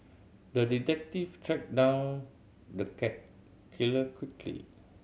the detective tracked down the cat killer quickly